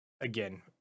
again